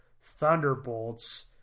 Thunderbolts